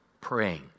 praying